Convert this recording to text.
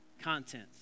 content